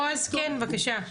בועז, כן, בבקשה.